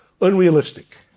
unrealistic